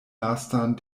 lastan